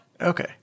Okay